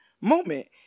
moment